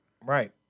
right